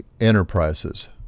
Enterprises